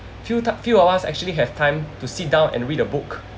few ta~ few of us actually have time to sit down and read a book